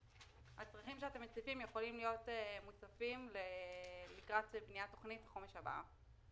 הצרכים שאתם מציפים יכולים להיות מוצפים לקראת בניית תוכנית החומש הבאה